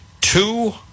two